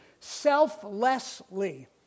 selflessly